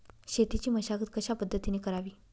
शेतीची मशागत कशापद्धतीने करावी?